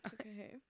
Okay